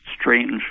strange